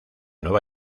nueva